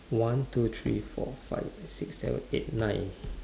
one two three four five six seven eight nine